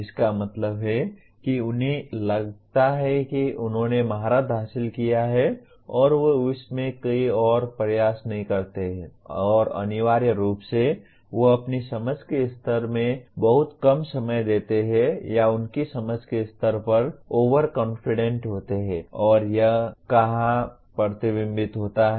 इसका मतलब है कि उन्हें लगता है कि उन्होंने महारत हासिल किया है और वे उस में कोई और प्रयास नहीं करते हैं और अनिवार्य रूप से वे अपनी समझ के स्तर में बहुत कम समय देते हैं या उनकी समझ के स्तर पर ओवर कॉन्फिडेंट होते हैं और यह कहां प्रतिबिंबित होता है